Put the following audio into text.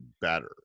better